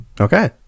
Okay